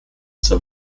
zur